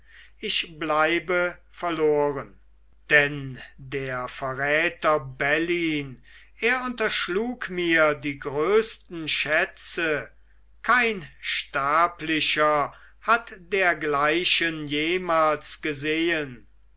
ich bleibe verloren denn der verräter bellyn er unterschlug mir die größten schätze kein sterblicher hat dergleichen jemals gesehen